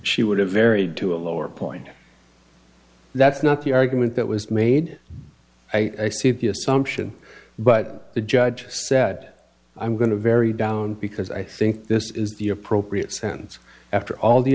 she would have varied to a lower point that's not the argument that was made i see the assumption but the judge said i'm going to very down because i think this is the appropriate sentence after all the